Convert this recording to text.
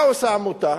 מה עושה העמותה?